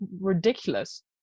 ridiculous